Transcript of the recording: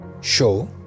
show